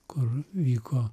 kur vyko